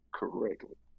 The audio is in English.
correctly